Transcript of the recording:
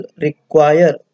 require